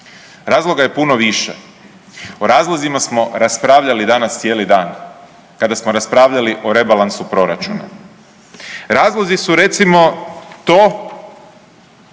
razloga je puno više. O razlozima smo raspravljali danas cijeli dan kada smo raspravljali o rebalansu proračuna. Razlozi su recimo to